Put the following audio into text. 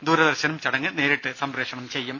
ദൂരദർശനും ചടങ്ങ് നേരിട്ട് സംപ്രേഷണം ചെയ്യും